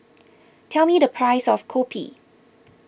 tell me the price of Kopi